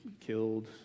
killed